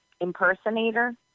impersonator